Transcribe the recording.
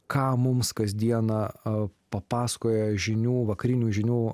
ką mums kasdieną papasakojo žinių vakarinių žinių